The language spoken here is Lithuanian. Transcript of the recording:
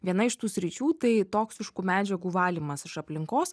viena iš tų sričių tai toksiškų medžiagų valymas iš aplinkos